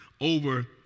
over